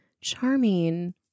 charming